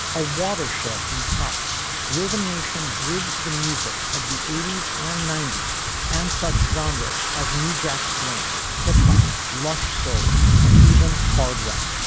a watershed in pop rhythm nation bridged. the music of the eighty s and ninety s and such genres as new jack swing hip hop lush soul and even hard rock